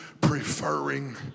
preferring